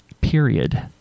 period